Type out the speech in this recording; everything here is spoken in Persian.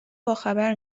باخبر